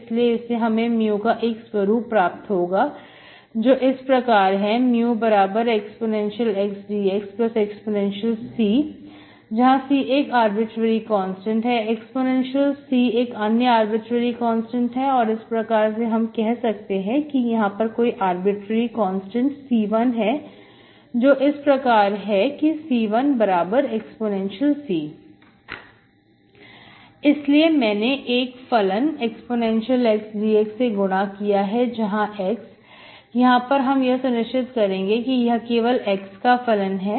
इसलिए इससे हमें mu का एक स्वरूप प्राप्त होगा जो इस प्रकार है μex dx eC जहां C एक आर्बिट्रेरी कांस्टेंट है eC एक अन्य आर्बिट्रेरी कांस्टेंट है इस प्रकार हम कह सकते हैं कि यहां पर कोई आर्बिट्रेरी कांस्टेंट C1 है जो इस प्रकार है C1eC इसलिए मैंने एक फलन ex dx से गुणा किया है जहां x यहां पर हम यह सुनिश्चित करेंगे कि यह केवल x का फलन है